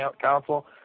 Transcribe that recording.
Council